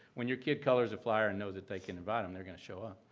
when your kid colors a flyer and knows that they can invite, um they're going to show up.